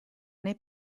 nei